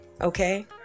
okay